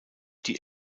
die